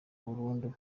burundu